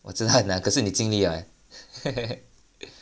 我知道很难可是你尽力 right